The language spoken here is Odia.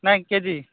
ନାହିଁ କେଜି